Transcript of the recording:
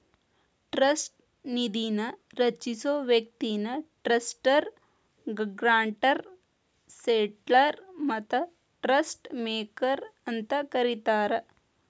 trust ನಿಧಿನ ರಚಿಸೊ ವ್ಯಕ್ತಿನ ಟ್ರಸ್ಟರ್ ಗ್ರಾಂಟರ್ ಸೆಟ್ಲರ್ ಮತ್ತ ಟ್ರಸ್ಟ್ ಮೇಕರ್ ಅಂತ ಕರಿತಾರ